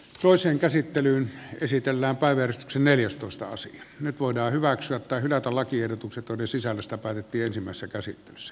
toiseen käsittelyyn käsitellään päivän neljästoista avasi nyt voidaan hyväksyä tai hylätä lakiehdotukset joiden sisällöstä päätettiin ensimmäisessä käsittelyssä